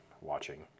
watching